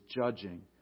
judging